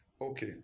Okay